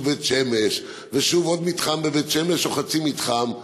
בית-שמש ושוב עוד מתחם בבית-שמש או חצי מתחם,